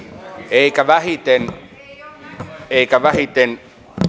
eikä se näy vähiten